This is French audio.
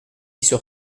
sur